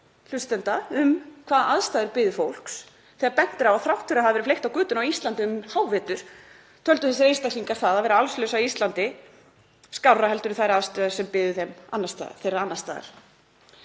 hlustenda um hvaða aðstæður biðu fólks þegar bent er á að þrátt fyrir hafa verið fleygt á götuna á Íslandi um hávetur töldu þessir einstaklingar það að vera allslaus á Íslandi skárra en þær aðstæður sem biðu þeirra annars staðar.